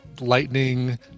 lightning